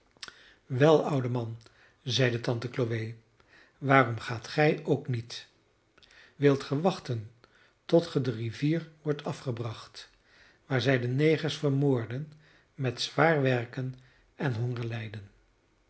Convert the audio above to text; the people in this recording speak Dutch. wel oude man zeide tante chloe waarom gaat gij ook niet wilt ge wachten tot ge de rivier wordt afgebracht waar zij de negers vermoorden met zwaar werken en